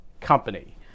company